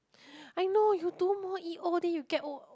I know you do more E O then you get O